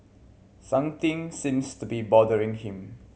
something seems to be bothering him